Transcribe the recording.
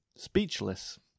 Speechless